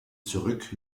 zurück